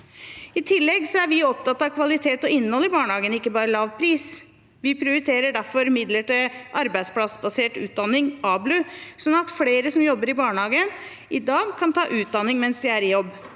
I tillegg er vi opptatt av kvalitet og innhold i barnehagen, ikke bare lav pris. Vi prioriterer derfor midler til arbeidsplassbasert utdanning, ABLU, sånn at flere som jobber i barnehage i dag, kan ta utdanning mens de er i jobb.